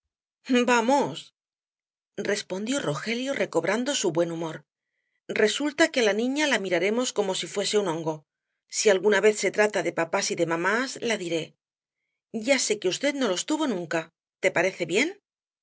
vamos respondió rogelio recobrando su buen humor resulta que á la niña la miraremos como si fuese un hongo si alguna vez se trata de papás y de mamás la diré ya sé que v no los tuvo nunca te parece bien